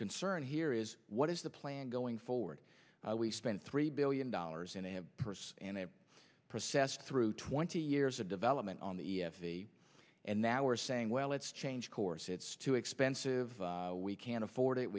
concern here is what is the plan going forward we've spent three billion dollars in a purse and a process through twenty years of development on the e f e and now are saying well let's change course it's too expensive we can't afford it